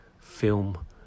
film